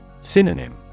Synonym